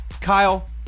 Kyle